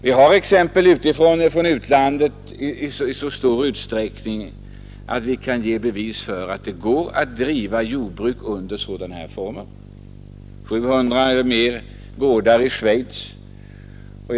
Från utlandet har vi erfarenheter i så stor utsträckning att vi kan ge bevis för att det går att driva jordbruk under sådana former. Det finns över 700 gårdar i Schweiz t.ex.